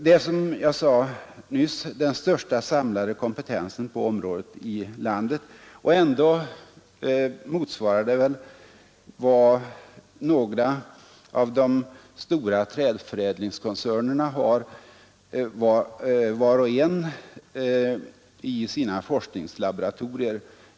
Det är, som jag nyss sade, den största samlade kompetensen på området i landet, och ändå motsvarar det väl bara vad var och en av de största träförädlingskoncernerna har i sina laboratorier.